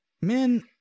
Men